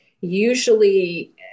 usually